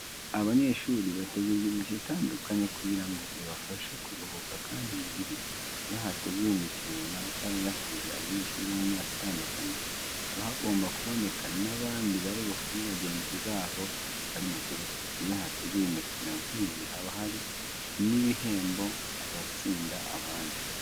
Abanyeshuri bategurirwa imikino itandukanye kugira ngo ibafashe kuruhuka kandi bizihirwe. Iyo hateguwe imikino runaka yahuje abanyeshuri bo mu myaka itandukanye, haba hagomba kuboneka n'abandi bari bufane bagenzi babo bari mu kibuga. Iyo hateguwe imikino nk'iyi haba hari n'ibihembo ku bazatsinda abandi.